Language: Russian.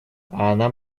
она